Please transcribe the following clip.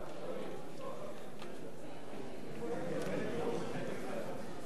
בבקשה, אדוני.